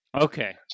Okay